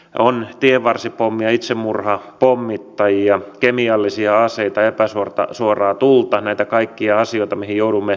on tienvarsipommeja itsemurhapommittajia kemiallisia aseita epäsuoraa tulta näitä kaikkia asioita mihin joudumme varautumaan